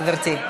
גברתי,